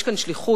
יש כאן שליחות,